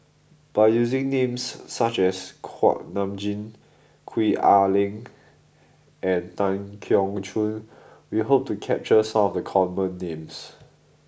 by using names such as Kuak Nam Jin Gwee Ah Leng and Tan Keong Choon we hope to capture some of the common names